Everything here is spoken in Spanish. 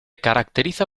caracteriza